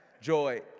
Joy